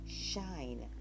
shine